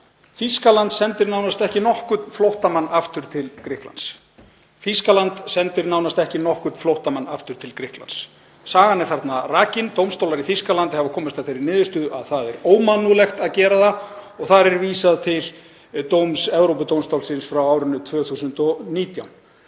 „Þýskaland sendir nánast ekki nokkurn flóttamann aftur til Grikklands.“ Sagan er þarna rakin. Dómstólar í Þýskalandi hafa komist að þeirri niðurstöðu að það sé ómannúðlegt að gera það og þar er vísað til dóms Evrópudómstólsins frá árinu 2019.